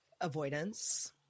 avoidance